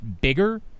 bigger